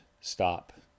stop